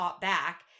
back